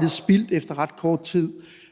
det også et område, som hr.